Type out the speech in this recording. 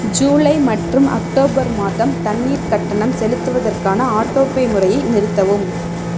ஜூலை மற்றும் அக்டோபர் மாதம் தண்ணீர் கட்டணம் செலுத்துவதற்கான ஆட்டோ பே முறையை நிறுத்தவும்